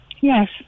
Yes